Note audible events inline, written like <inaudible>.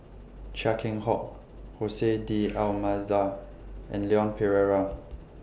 Chia Keng Hock Jose <noise> D'almeida and Leon Perera